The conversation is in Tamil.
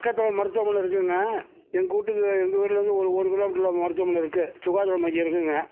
பக்கத்தில் மருத்துவமனை இருக்குங்க எங்கூட்டுக்கு எங்கள் வீட்டிலேருந்து ஒரு ஒரு கிலோமீட்டரில் மருத்துவமனை இருக்குது சுகாதார மையம் இருக்குங்க